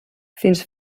fins